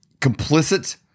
complicit